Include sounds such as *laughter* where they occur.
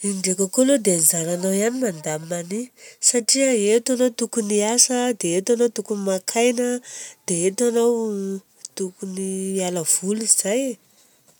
Igny ndreka koa aloha dia anjaranao mandamina an'igny satria eto ianao tokony hiasa dia eto ianao no tokony maka aina dia eto ianao *hesitation* tokony hiala voly. Zay!